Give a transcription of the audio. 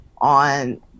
on